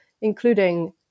including